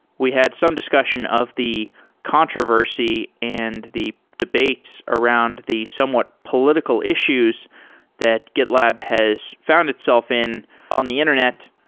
we had some discussion of the controversy and the debates around the somewhat political issues that gitlab has found itself in on the internet.